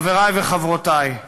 חברי וחברותי,